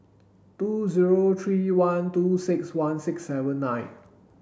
two zero three one two six one six seven nine